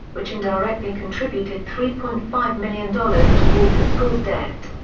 which indirectly contributed three point five million dollars toward the school's debt.